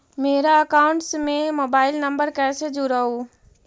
मेरा अकाउंटस में mobile number कैसे जुड़उ?